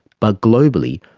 but globally,